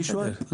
אני שואל.